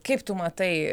kaip tu matai